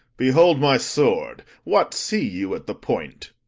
behold my sword what see you at the point?